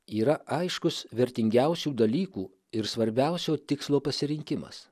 yra aiškus vertingiausių dalykų ir svarbiausio tikslo pasirinkimas